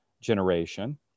generation